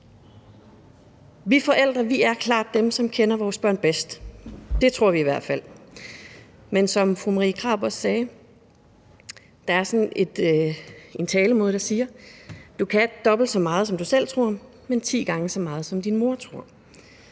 Vi forældre er klart dem, som kender vores børn bedst – det tror vi i hvert fald. Men som fru Marie Krarup sagde, er der sådan en talemåde, der siger, at du kan dobbelt så meget, som du selv tror, men ti gange så meget, som din mor tror.